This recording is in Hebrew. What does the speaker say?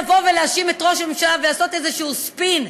לבוא ולהאשים את ראש הממשלה ולעשות איזה ספין,